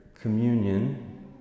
communion